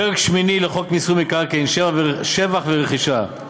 פרק שמיני לחוק מיסוי מקרקעין (שבח ורכישה),